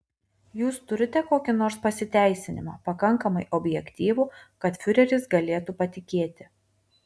jūs turite kokį nors pasiteisinimą pakankamai objektyvų kad fiureris galėtų patikėti